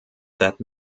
that